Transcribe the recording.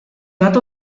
bat